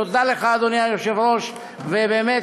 תודה לך, אדוני היושב-ראש, באמת,